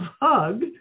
hug